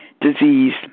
disease